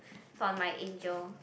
for my angel